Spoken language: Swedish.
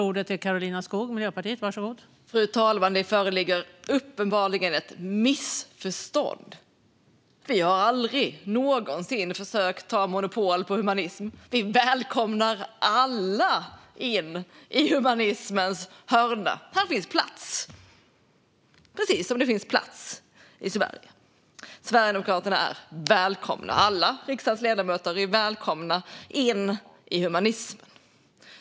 Fru talman! Det föreligger uppenbarligen ett missförstånd. Vi har aldrig någonsin försökt ta monopol på humanism. Vi välkomnar alla in i humanismens hörna. Här finns plats, precis som det finns plats i Sverige. Sverigedemokraterna är välkomna. Alla riksdagens ledamöter är välkomna in i humanismen.